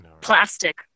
Plastic